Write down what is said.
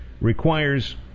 requires